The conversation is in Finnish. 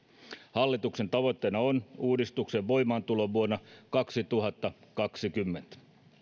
hallituksen tavoitteena on uudistuksen voimaantulo vuonna kaksituhattakaksikymmentä